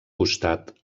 costat